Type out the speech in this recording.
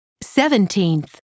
Seventeenth